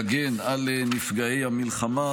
להגן על נפגעי המלחמה.